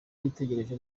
witegereje